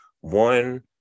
One